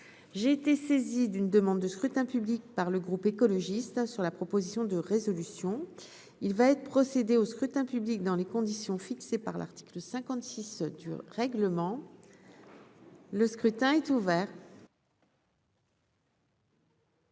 j'ai été saisi d'une demande de scrutin public par le groupe écologiste sur la proposition de résolution, il va être procédé au scrutin public dans les conditions fixées par l'article 56 dur règlement le scrutin est ouvert.